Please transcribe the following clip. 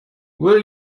will